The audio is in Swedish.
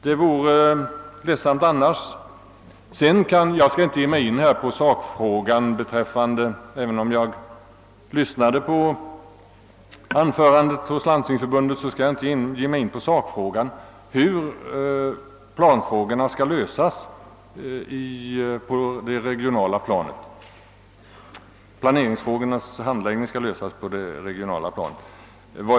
Det vore beklagligt om en riktig handläggning inte skulle kunna komma till stånd. Även om jag lyssnade på landshövding Nyströms anförande vid Landstingsförbundets kongress skall jag inte ge mig in på sakfrågan rörande planeringsärendenas handläggning på det regionala planet.